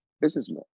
businessman